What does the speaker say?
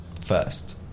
first